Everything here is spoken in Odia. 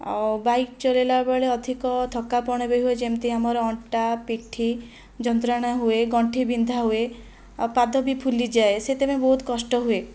ଆଉ ବାଇକ ଚଲେଇଲା ବେଳେ ଅଧିକ ଥକାପଣ ବି ହୁଏ ଯେମିତି ଆମର ଅଣ୍ଟା ପିଠି ଯନ୍ତ୍ରଣା ହୁଏ ଗଣ୍ଠି ବିନ୍ଧା ହୁଏ ଆଉ ପାଦ ବି ଫୁଲିଯାଏ ସେଥିପାଇଁ ବହୁତ କଷ୍ଟ ହୁଏ